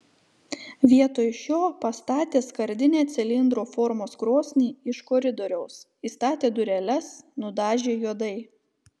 vietoj šio pastatė skardinę cilindro formos krosnį iš koridoriaus įstatė dureles nudažė juodai